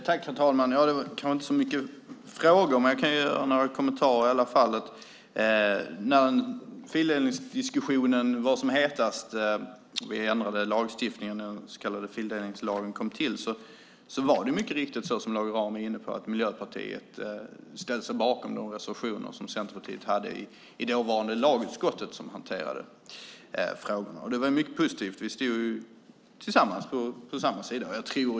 Herr talman! Det var kanske inte så mycket frågor i den senaste repliken. Några kommentarer kan jag ändå göra. När fildelningsdiskussionen var som hetast och när vi ändrade lagstiftningen och den så kallade fildelningslagen kom till var det mycket riktigt så som Lage Rahm är inne på, nämligen att Miljöpartiet ställde sig bakom Centerpartiets reservationer i det dåvarande lagutskottet som hanterade frågorna. Det var mycket positivt att vi stod på samma sida.